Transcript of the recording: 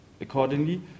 Accordingly